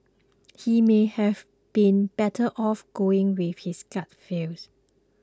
he may have been better off going with his gut feel